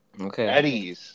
Okay